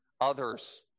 others